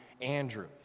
Andrew